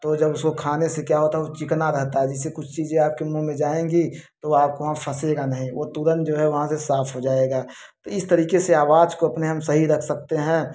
तो जब उसको खाने से क्या होता वो जो चिकन आ रहा था आज जिससे कुछ चीजें आपके मुँह में जाएंगी तो आप वहाँ फँसेगा नहीं वो तुरंत जो है वहाँ से साफ हो जाएगा इस तरीके से आवाज़ को अपने हम सही रख सकते हैं